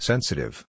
Sensitive